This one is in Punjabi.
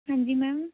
ਹਾਂਜੀ ਮੈਮ